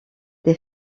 des